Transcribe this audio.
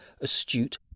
astute